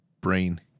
brain